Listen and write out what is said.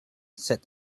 said